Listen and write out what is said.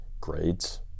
grades